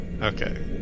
Okay